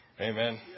Amen